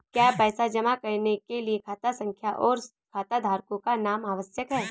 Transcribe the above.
क्या पैसा जमा करने के लिए खाता संख्या और खाताधारकों का नाम आवश्यक है?